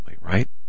right